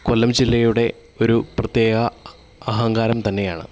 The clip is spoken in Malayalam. കൊല്ലം ജില്ലയുടെ ഒരു പ്രത്യേക അഹങ്കാരം തന്നെയാണ്